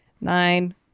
Nine